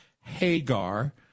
Hagar